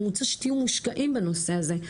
אני רוצה שתהיו מושקעים בנושא הזה,